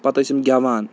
پَتہٕ ٲسۍ یِم گیٚوان